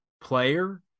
player